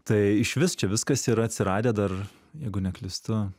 tai išvis čia viskas yra atsiradę dar jeigu neklystu